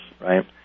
right